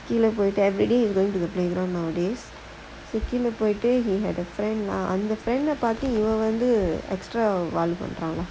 he like everyday is going to the playground nowadays seeking the birthday he had a friend அந்த:antha friend பாத்து இவன் வந்து ரொம்ப வால் பண்றான்:paathu ivan vanthu romba vaal pandraan lah